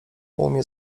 umie